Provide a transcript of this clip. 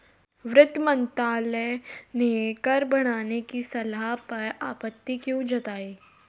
वित्त मंत्रालय ने कर बढ़ाने की सलाह पर आपत्ति क्यों जताई?